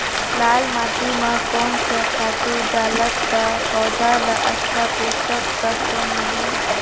लाल माटी मां कोन सा खातु डालब ता पौध ला अच्छा पोषक तत्व मिलही?